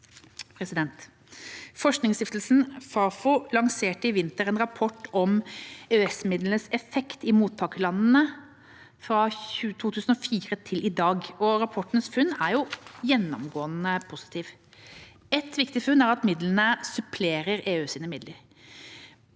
Forskningsstiftelsen Fafo lanserte i vinter en rapport om EØS-midlenes effekt i mottakerlandene fra 2004 til i dag. Rapportens funn er gjennomgående positive. Ett viktig funn er at midlene supplerer EUs midler.